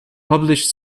published